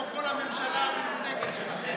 כמו כל הממשלה המנותקת שלכם?